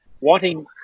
wanting